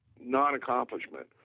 non-accomplishment